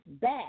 back